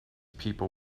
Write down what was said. people